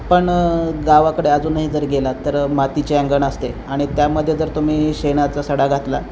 पण गावाकडे अजूनही जर गेलात तर मातीचे अंगण असते आणि त्यामध्ये जर तुम्ही शेणाचा सडा घातला